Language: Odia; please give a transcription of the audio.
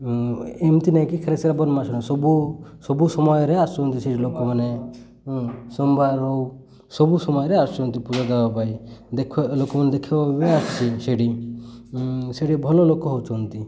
ଏମିତି ନାଇଁକି ଖାଲି ଶ୍ରାବଣ ମାସରେ ଆସନ୍ତି ସବୁ ସବୁ ସମୟରେ ଆସନ୍ତି ସେଠି ଲୋକମାନେ ସୋମବାର ହଉ ସବୁ ସମୟରେ ଆସୁଛନ୍ତି ପୂଜା ଦେବା ପାଇଁ ଦେଖ ଲୋକମାନେ ଦେଖିବା ପାଇଁ ଆସୁଛି ସେଠି ସେଠି ଭଲ ଲୋକ ହଉଛନ୍ତି